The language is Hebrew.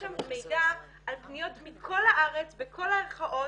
שם מידע על פניות מכל הארץ בכל הערכאות,